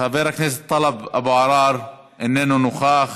חבר הכנסת טלב אבו עראר, איננו נוכח,